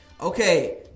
Okay